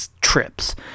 trips